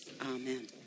Amen